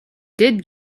did